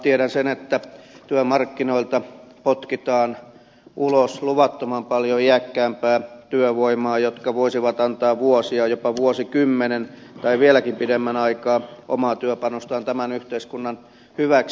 tiedän sen että työmarkkinoilta potkitaan ulos luvattoman paljon iäkkäämpää työvoimaa joka voisi antaa vuosia jopa vuosikymmenen tai vieläkin pidemmän aikaa omaa työpanostaan tämän yhteiskunnan hyväksi